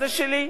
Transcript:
זה שלי.